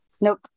Nope